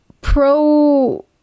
pro